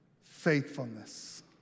faithfulness